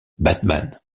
batman